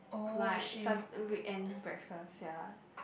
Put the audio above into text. my Sun~ weekend breakfast ya